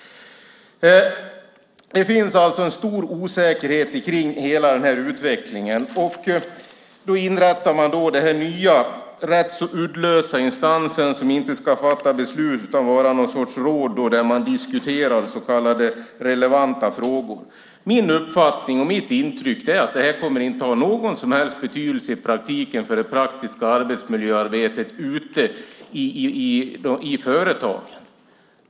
Det finns alltså en stor osäkerhet om hela den här utvecklingen. Då inrättar man den här nya, rätt uddlösa instansen som inte ska fatta beslut utan vara någon sorts råd där man diskuterar så kallade relevanta frågor. Min uppfattning och mitt intryck är att det här inte kommer att ha någon som helst betydelse för det praktiska arbetsmiljöarbetet ute i företagen.